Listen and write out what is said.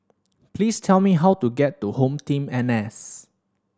please tell me how to get to HomeTeam N S